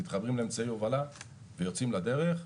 מתחברים לאמצעי הובלה ויוצאים לדרך.